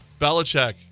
Belichick